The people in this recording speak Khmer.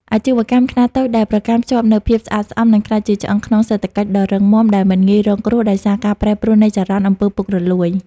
អាជីវកម្មខ្នាតតូចដែលប្រកាន់ខ្ជាប់នូវភាពស្អាតស្អំ នឹងក្លាយជាឆ្អឹងខ្នងសេដ្ឋកិច្ចដ៏រឹងមាំ ដែលមិនងាយរងគ្រោះដោយសារការប្រែប្រួលនៃចរន្ត អំពើពុករលួយ។